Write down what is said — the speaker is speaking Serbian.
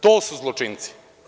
To su zločinci.